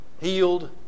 healed